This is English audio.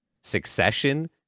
Succession